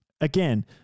Again